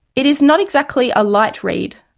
it is not exactly a light read.